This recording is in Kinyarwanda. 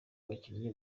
abakinnyi